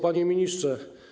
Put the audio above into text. Panie Ministrze!